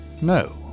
No